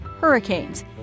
hurricanes